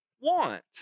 want